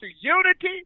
unity